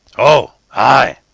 oh! aye!